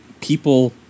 people